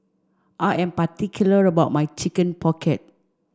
I am particular about my chicken pocket